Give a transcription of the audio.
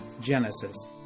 Genesis